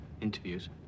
Interviews